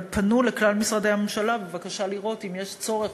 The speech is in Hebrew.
אבל פנו לכלל משרדי הממשלה בבקשה לראות אם יש צורך